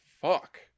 fuck